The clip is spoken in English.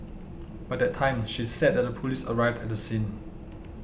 by that time she said that the police arrived at the scene